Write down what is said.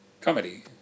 comedy